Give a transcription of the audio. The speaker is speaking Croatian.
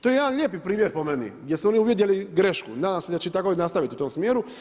To je jedan lijepi primjer po meni gdje su oni uvidjeli grešku, nadam se da će tako i nastaviti u tom smjeru.